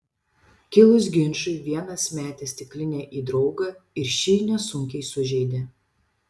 kilus ginčui vienas metė stiklinę į draugą ir šį nesunkiai sužeidė